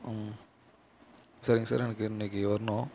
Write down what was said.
ம் சரிங்க சார் எனக்கு இன்றைக்கு வரணும்